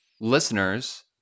listeners